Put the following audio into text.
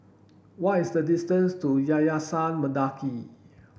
what is the distance to Yayasan Mendaki